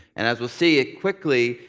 and as we'll see, it quickly,